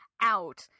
Out